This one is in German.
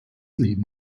leben